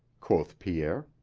quoth pierre.